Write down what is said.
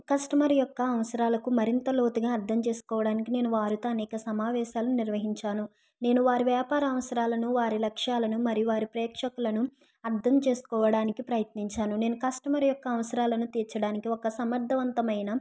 customer యొక్క అవసరాలకు మరింత లోతుగా అర్దంచేసుకోడానికి నేను వారితో అనేక సమావేశాలు నిర్వహించాను నేను వారి వ్యాపార అవసరాలను వారి లక్ష్యాలను మరియు వారి ప్రేక్షకులను అర్దం చేసుకోడానికి ప్రయత్నించాను నేను కస్టమరు యొక్క అవసరాలను తీర్చడానికి ఒక సమర్దవంతమైన